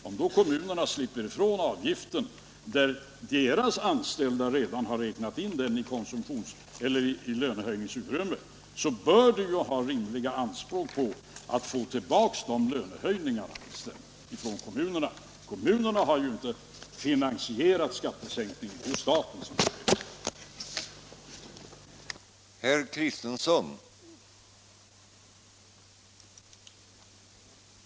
Om då kommunerna slipper från avgiften där deras anställda redan har räknat in den i lönehöjningsutrymmet bör de ha rimliga anspråk på att få tillbaka de lönehöjningarna från kommunerna. Kommunerna har inte finansierat skattesänkningen — det är staten som har gjort det.